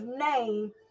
name